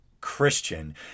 Christian